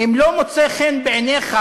אם לא מוצא חן בעיניכם,